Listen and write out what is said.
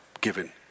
given